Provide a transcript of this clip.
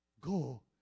Go